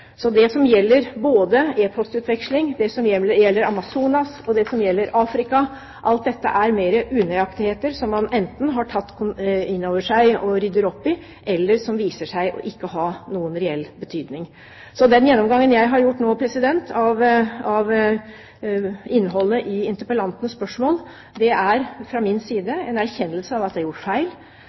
Det som gjelder e-post-utveksling, det som gjelder Amazonas, og det som gjelder Afrika, er alt sammen mer unøyaktigheter som man enten har tatt inn over seg og rydder opp i, eller som viser seg å ikke ha noen reell betydning. Den gjennomgangen jeg har gjort nå av innholdet i interpellantens spørsmål, er fra min side en erkjennelse av at det er gjort feil,